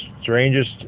strangest